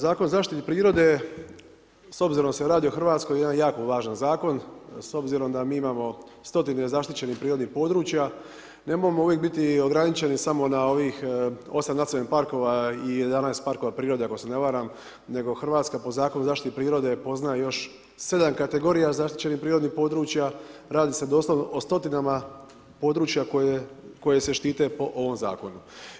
Zakon o zaštiti prirode s obzirom da se radi o Hrvatskoj, jedan jako važan zakon, s obzirom da mi imamo stotine zaštićeni prirodnih područja, nemojmo uvijek biti ograničeni samo na ovih 8 nacionalnih parkova i 11 parkova prirode ako se ne varam nego Hrvatska po Zakonu o zaštiti prirode poznaje još sedam kategorija zaštićenih prirodnih područja, radi se doslovno o stotinama područja koje se štite po ovom zakonu.